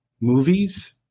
movies